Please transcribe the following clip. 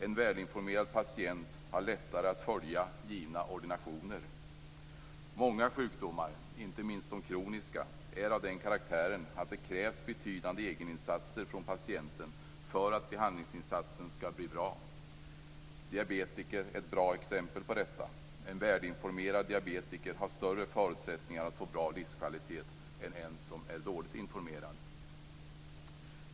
En välinformerad patient har lättare att följa givna ordinationer. Många sjukdomar, inte minst de kroniska, är av den karaktären att det krävs betydande egeninsatser från patienten för att behandlingsinsatsen skall bli bra. Diabetikern är ett bra exempel på detta. En välinformerad diabetiker har större förutsättningar att få bra livskvalitet än den som är dåligt informerad.